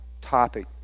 topic